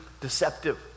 deceptive